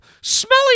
smelly